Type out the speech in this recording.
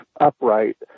upright